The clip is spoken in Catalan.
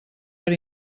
per